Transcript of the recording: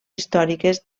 històriques